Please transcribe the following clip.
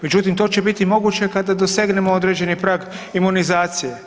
Međutim, to će biti moguće kada dosegnemo određeni prag imunizacije.